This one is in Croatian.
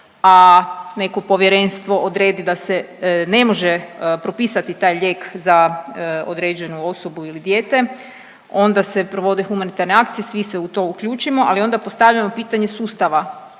a neko povjerenstvo odredi da se ne može propisati taj lijek za određenu osobu ili dijete onda se provode humanitarne akcije, svi se u to uključimo, ali onda postavljamo pitanje sustava,